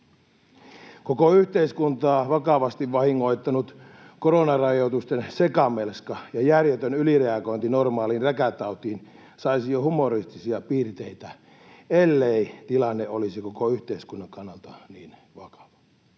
Koko yhteiskuntaa vakavasti vahingoittanut koronarajoitusten sekamelska ja järjetön ylireagointi normaaliin räkätautiin saisi jo humoristisia piirteitä, ellei tilanne olisi koko yhteiskunnan kannalta niin vakava.